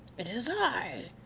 it is i,